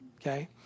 okay